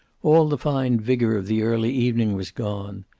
all the fine vigor of the early evening was gone.